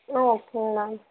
ஆ ஓகேங்க மேம்